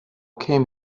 came